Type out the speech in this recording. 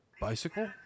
bicycle